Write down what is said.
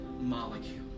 molecule